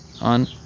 on